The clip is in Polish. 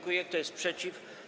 Kto jest przeciw?